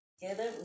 together